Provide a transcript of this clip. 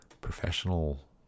professional